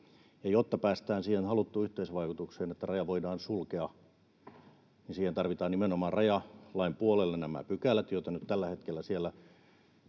jotta päästään siihen haluttuun yhteisvaikutukseen, että raja voidaan sulkea, siihen tarvitaan nimenomaan rajalain puolelle nämä pykälät, joita nyt tällä hetkellä siellä